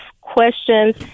questions